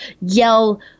yell